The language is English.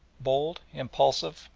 bold, impulsive,